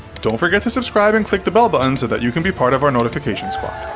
don't forget to subscribe and click the bell button so that you can be part of our notification squad.